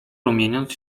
rumieniąc